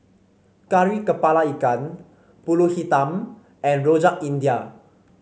Kari kepala Ikan pulut hitam and Rojak India